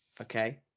Okay